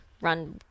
run